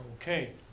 Okay